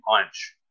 punch